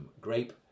Grape